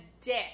dick